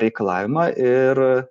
reikalavimą ir